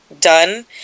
done